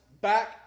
back